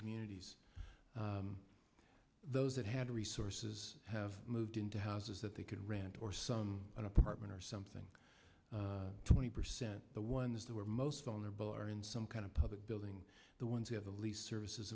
communities those that had resources have moved into houses that they could rent or some apartment or something twenty percent the ones that were most vulnerable are in some kind of public building the ones who have the least services